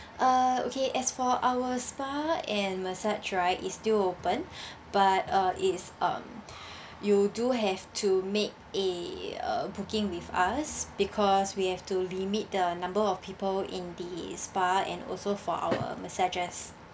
uh okay as for our spa and massage right is still open but uh it's um you do have to make a a booking with us because we have to limit the number of people in the spa and also for our massagers